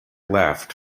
left